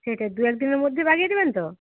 সেটা দু এক দিনের মধ্যে লাগিয়ে দেবেন তো